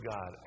God